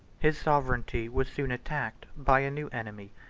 his sovereignty was soon attacked by a new enemy,